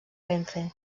renfe